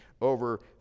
over